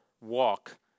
walk